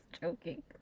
joking